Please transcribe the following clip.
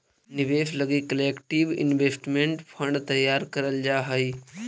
निवेश लगी collective investment fund तैयार करल जा हई